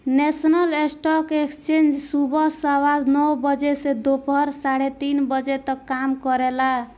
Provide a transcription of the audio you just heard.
national stock exchange सुबह सवा नौ बजे से दोपहर साढ़े तीन बजे तक काम करेला